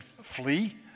flee